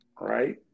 right